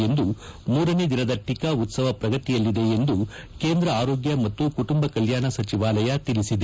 ಇಂದು ಮೂರನೇ ದಿನದ ಟಿಕ ಉತ್ಸವ ಪ್ರಗತಿಯಲ್ಲಿದೆ ಎಂದು ಕೇಂದ್ರ ಆರೋಗ್ಯ ಮತ್ತು ಕುಟುಂಬ ಕಲ್ಲಾಣ ಸಚಿವಾಲಯ ತಿಳಿಸಿದೆ